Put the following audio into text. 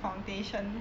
foundation